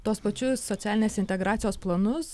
tuos pačius socialinės integracijos planus